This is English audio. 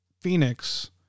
phoenix